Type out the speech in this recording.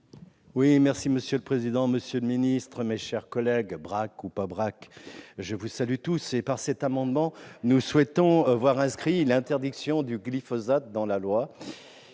rectifié. Monsieur le président, monsieur le ministre, mes chers collègues, braque ou pas braque, je vous salue tous ! Nous souhaitons voir inscrire l'interdiction du glyphosate dans la loi.